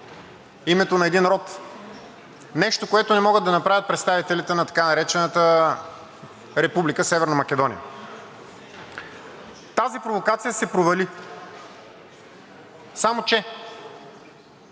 името на един род – нещо, което не могат да направят представителите на така наречената Република Северна Македония. Тази провокация се провали, само че